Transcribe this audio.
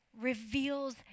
reveals